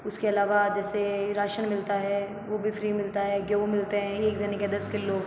उसके अलावा जैसे राशन मिलता है वो भी फ्री मिलता है गेहूं मिलते हैं दस किलो